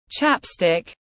Chapstick